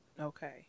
Okay